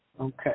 Okay